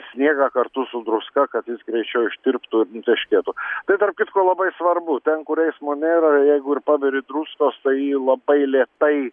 sniegą kartu su druska kad jis greičiau ištirptų ir nuteškėtų tai tarp kitko labai svarbu ten kur eismo nėra jeigu ir paberi druskos tai ji labai lėtai